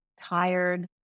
tired